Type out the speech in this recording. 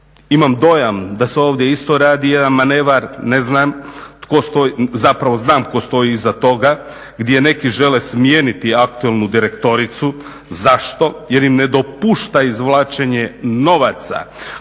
Imam dojam da se ovdje isto radi jedan manevar, ne znam, zapravo znam tko stoji iza toga gdje neki žele smijeniti aktualnu direktoricu. Zašto? Jer im ne dopušta izvlačenje novaca